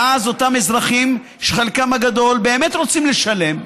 ואז אותם אזרחים, שחלקם הגדול באמת רוצים לשלם,